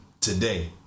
today